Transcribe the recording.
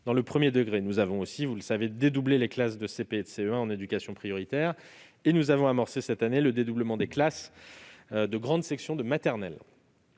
dans le premier degré ; nous avons aussi dédoublé les classes de CP et de CE1 en éducation prioritaire et nous avons amorcé cette année le dédoublement des classes de grande section de maternelle.